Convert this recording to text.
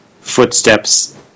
footsteps